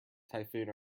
typhoon